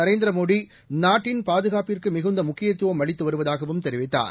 நரேந்திர மோடி நாட்டின் பாதுகாப்பிற்கு மிகுந்த முக்கியத்துவம் அளித்து வருவதாகவும் தெரிவித்தார்